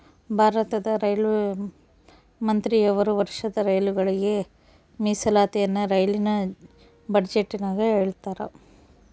ಭಾರತದ ರೈಲ್ವೆ ಮಂತ್ರಿಯವರು ವರ್ಷದ ರೈಲುಗಳಿಗೆ ಮೀಸಲಾತಿಯನ್ನ ರೈಲಿನ ಬಜೆಟಿನಗ ಹೇಳ್ತಾರಾ